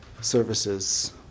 services